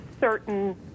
certain